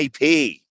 ip